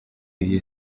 iyi